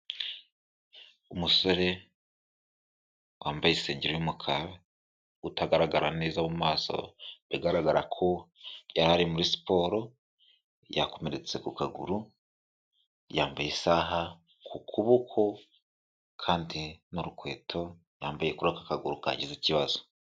Umusore wambaye isengeri y'umukara, utagaragara neza mu maso, bigaragara ko yari ari muri siporo, yakomeretse ku kaguru, yambaye isaha ku kuboko kandi n'urukweto yambaye kuri aka kaguru kagize ikibazo.